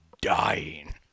dying